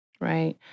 Right